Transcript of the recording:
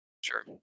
Sure